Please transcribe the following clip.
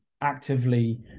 actively